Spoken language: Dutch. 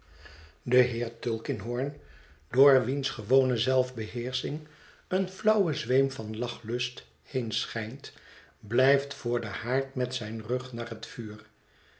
de heer tulkinghorn door wiens gewone zelfbeheersching een flauwe zweem van lachlust heenschijnt blijft voor den haard met zijn rug naar het vuur